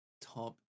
top